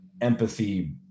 empathy